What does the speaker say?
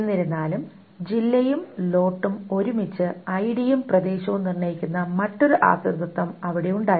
എന്നിരുന്നാലും ജില്ലയും ലോട്ടും ഒരുമിച്ച് ഐഡിയും പ്രദേശവും നിർണ്ണയിക്കുന്ന മറ്റൊരു ആശ്രിതത്വം അവിടെ ഉണ്ടായിരുന്നു